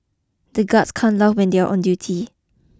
the guards can't laugh when they are on duty